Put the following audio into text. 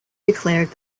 declared